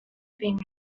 being